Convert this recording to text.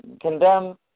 Condemn